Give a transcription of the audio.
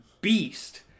beast